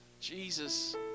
Jesus